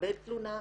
לקבל תלונה,